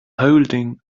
holding